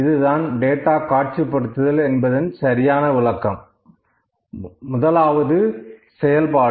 இதுதான் டேட்டா காட்சிப்படுத்துதல் என்பதன் சரியான விளக்கம் முதலாவது செயல்பாடு